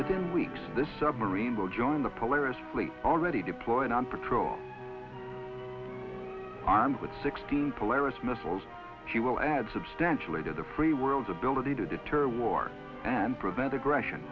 within weeks the submarine will join the polaris fleet already deployed on patrol armed with sixteen polaris missiles he will add substantially to the free world ability to deter war and prevent aggression